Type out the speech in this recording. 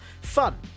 Fun